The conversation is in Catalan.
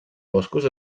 boscos